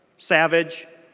savage